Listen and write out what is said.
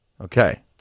Okay